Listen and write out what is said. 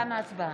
תמה ההצבעה,